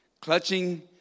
clutching